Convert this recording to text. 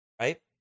Right